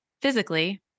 physically